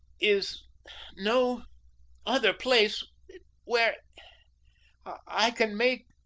is no other place where i can make